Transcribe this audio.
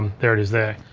um there it is there.